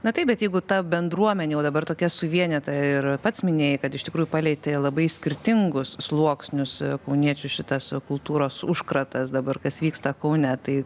na taip bet jeigu ta bendruomenė o dabar tokia suvienyta ir pats minėjai kad iš tikrųjų palietė labai skirtingus sluoksnius kauniečių šitas kultūros užkratas dabar kas vyksta kaune tai